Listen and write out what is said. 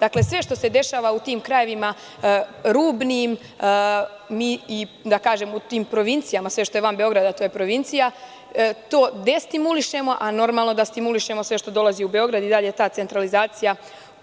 Dakle, sve što se dešava u tim krajevima, rubnim, da kažemo, u tim provincijama, sve što je van Beograda to je provincija, to destimulišemo, a normalno da stimulišemo sve što dolazi u Beograd i dalje ta centralizacija